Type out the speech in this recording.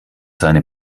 seine